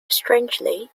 strangely